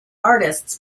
artists